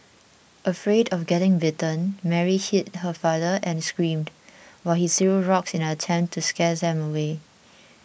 afraid of getting bitten Mary hid her father and screamed while he threw rocks in an attempt to scare them away